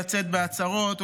לצאת בהצהרות,